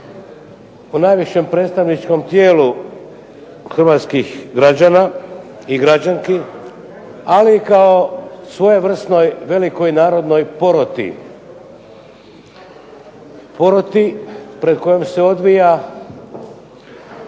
po najvišem predstavničkom tijelu hrvatskih građana i građanki, ali kao svojevrsno velikoj narodnoj poroti, poroti pred kojom se odvija